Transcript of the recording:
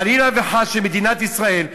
חלילה וחס שמדינת ישראל,